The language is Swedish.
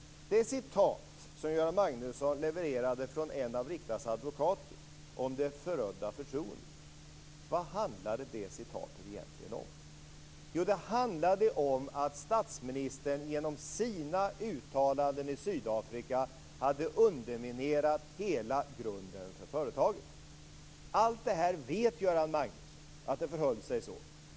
Det citat som Göran Magnusson levererade från en av Riktas advokater om det förödda förtroendet, vad handlade det citatet egentligen om? Jo, det handlade om att statsministern genom sina uttalanden i Sydafrika hade underminerat hela grunden för företaget. Allt det här vet Göran Magnusson. Han vet att det förhöll sig så.